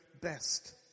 best